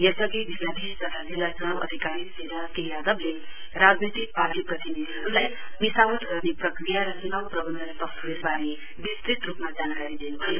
यस अघि जिल्लाधीश तथा जिल्ला चुनाउ अधिकारी श्री राज के यादव ले राजनैतिक पार्टी प्रितिनिधिहरुलाई मिसावट गर्ने प्रक्रिया र चुनाउ प्रवन्धन सफ्टवेयरवारे विस्तृत रुपमा जानकारी दिनुभयो